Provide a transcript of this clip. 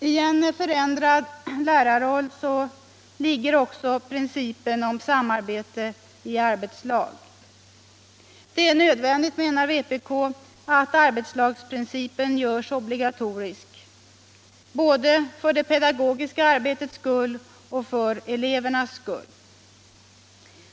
I en förändrad lärarroll ligger också principen om samarbete i arbetslag. Det är nödvändigt, menar vpk, att arbetslagsprincipen görs obligatorisk, både för det pedagogiska arbetets skull och för elevernas skull.